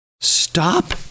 stop